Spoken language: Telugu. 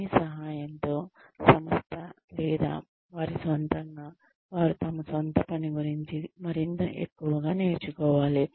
దీని సహాయంతో సంస్థ లేదా వారి స్వంతంగా వారు తమ సొంత పని గురించి మరింత ఎక్కువగా నేర్చుకోవాలి